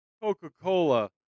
Coca-Cola